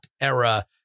era